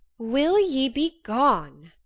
will ye be gone?